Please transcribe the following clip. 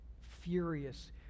furious